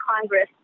Congress